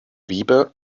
wiebe